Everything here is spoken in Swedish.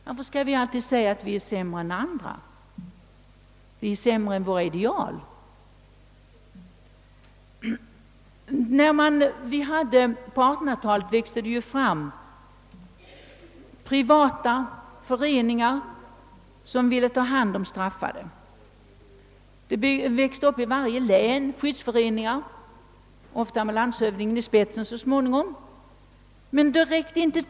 Varför då säga att vi är sämre än andra? Vi är bara sämre än våra ideal. På 1800-talet växte det fram privata föreningar som ville ta hand om straffade. I varje län växte skyddsföreningar upp, så småningom ofta med landshövdingen i spetsen.